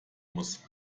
muss